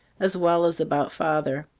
as well as about father.